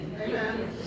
Amen